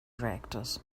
reactors